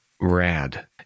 rad